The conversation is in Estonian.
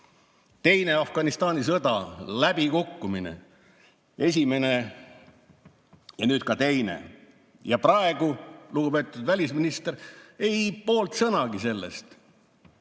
Teine Afganistani sõda, läbikukkumine, esimene ja nüüd ka teine. Ja praegu, lugupeetud välisminister – ei poolt sõnagi sellest.